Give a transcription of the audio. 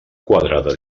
quadrada